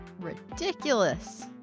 ridiculous